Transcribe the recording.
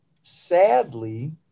sadly